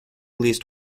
least